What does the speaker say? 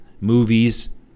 movies